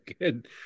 good